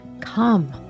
Come